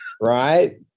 Right